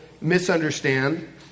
misunderstand